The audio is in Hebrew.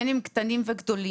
בין אם הם קטנים או גדולים.